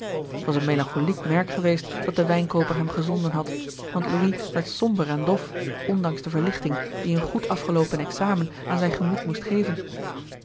t was een melancholiek merk geweest dat de wijnkooper hem gezouden had want louis werd somber en dof ondanks de verlichting die een goed afgeloopen examen aan zijn gemoed moest geven